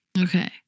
Okay